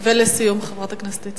ולסיום, חברת הכנסת איציק.